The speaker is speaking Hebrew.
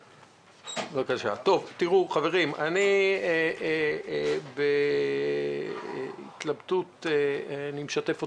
חברים, אני מתלבט ואני משתף אתכם.